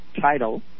title